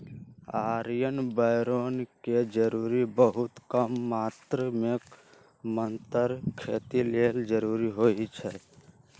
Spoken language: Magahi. आयरन बैरौन के जरूरी बहुत कम मात्र में मतर खेती लेल जरूरी होइ छइ